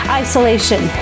isolation